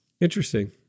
Interesting